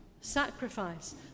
sacrifice